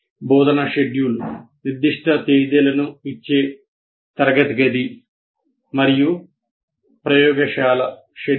బోధనా షెడ్యూల్ నిర్దిష్ట తేదీలను ఇచ్చే తరగతి గది మరియు ప్రయోగశాల షెడ్యూల్